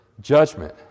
judgment